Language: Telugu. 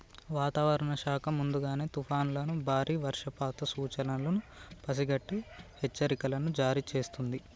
వాతావరణ శాఖ ముందుగానే తుఫానులను బారి వర్షపాత సూచనలను పసిగట్టి హెచ్చరికలను జారీ చేస్తుంది